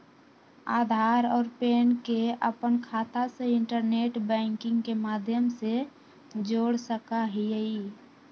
आधार और पैन के अपन खाता से इंटरनेट बैंकिंग के माध्यम से जोड़ सका हियी